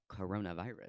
coronavirus